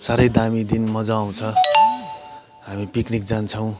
साह्रै दामी दिन मजा आउँछ हामी पिकनिक जान्छौँ